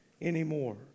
anymore